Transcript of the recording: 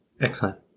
Excellent